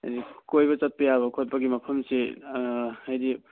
ꯀꯣꯏꯕ ꯆꯠꯄ ꯌꯥꯕ ꯈꯣꯠꯄꯒꯤ ꯃꯐꯝꯁꯤ ꯍꯥꯏꯗꯤ